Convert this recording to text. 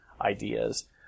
ideas